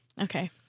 Okay